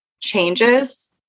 changes